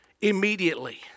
Immediately